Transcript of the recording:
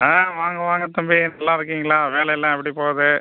ஆ வாங்க வாங்க தம்பி நல்லாயிருக்கீங்களா வேலையெல்லாம் எப்படி போகுது